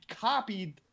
copied